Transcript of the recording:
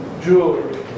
jewelry